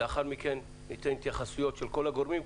לאחר מכן ניתן התייחסויות של כל הגורמים,